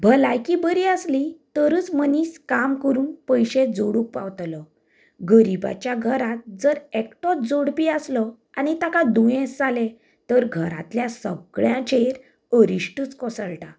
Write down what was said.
भलायकी बरी आसली तरूच मनीस काम करून पयशें जोडूंक पावतलो गरीबाच्या घरांत जर एकटोच जोडपी आसलो आनी ताका दुयेंस जालें तर घरांतल्या सगळ्यांचेंर अरिश्टूच कोसळटा